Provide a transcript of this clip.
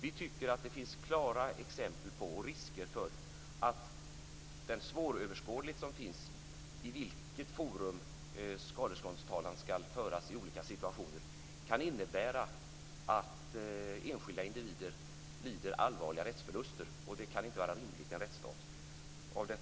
Vi tycker att det finns klara exempel på och risker för att den svåröverskådlighet som finns över i vilket forum skadeståndstalan ska föras i olika situationer kan innebära att enskilda individer lider allvarliga rättsförluster, och det kan inte vara rimligt i en rättsstat.